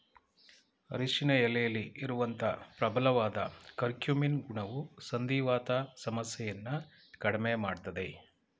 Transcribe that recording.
ಅರಿಶಿನ ಎಲೆಲಿ ಇರುವಂತ ಪ್ರಬಲವಾದ ಕರ್ಕ್ಯೂಮಿನ್ ಗುಣವು ಸಂಧಿವಾತ ಸಮಸ್ಯೆಯನ್ನ ಕಡ್ಮೆ ಮಾಡ್ತದೆ